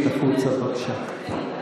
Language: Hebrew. החוצה, בבקשה.